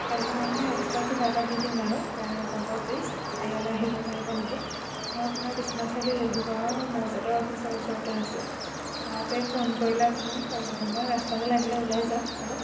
লাগিলে মই আপোনাক এক্সট্ৰা কিবা এটা দি দিম বাৰু বেয়া নাপাব প্লিজ ইয়ালৈ আহিব পাৰিব নেকি মই আপোনাৰ বিশ্বনাথ চাৰিআলিৰ লেহুগাঁৱৰ মৌজাদাৰ অফিচৰ ওচৰতে আছোঁ তাতে ফোন কৰিলে আপুনি মোক পাই যাব মই ৰাস্তালৈ লাগিলে ওলাই যাম অলপ